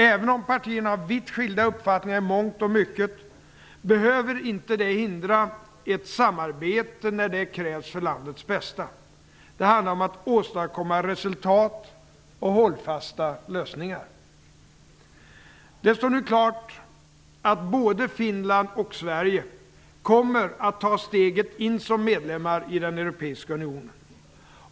Även om partierna har vitt skilda uppfattningar i mångt och mycket behöver det inte hindra ett samarbete när det krävs för landets bästa. Det handlar om att åstadkomma resultat och hållfasta lösningar. Det står nu klart att både Finland och Sverige kommer att ta steget in som medlemmar i den europeiska unionen.